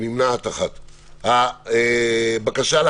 הצבעה בעד, 8 נגד, 3 נמנעים, 1 הבקשה אושרה.